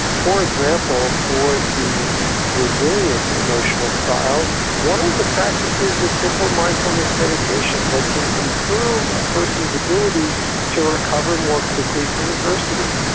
for example, for the resilient emotional style one of the practices is simple mindfulness meditation that can improve a person's ability to recover more quickly from adversity.